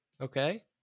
okay